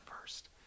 first